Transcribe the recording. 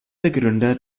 begründer